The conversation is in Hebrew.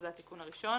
זה התיקון הראשון.